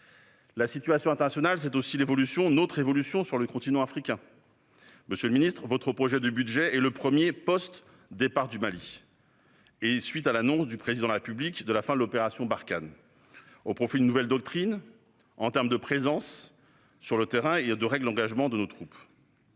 La situation internationale est aussi marquée par notre évolution sur le continent africain. Monsieur le ministre, votre projet de budget est le premier à être postérieur au départ de la France du Mali et à l'annonce par le Président de la République de la fin de l'opération Barkhane, et ce au profit d'une nouvelle doctrine en termes de présence sur le terrain et de règles d'engagement de nos troupes.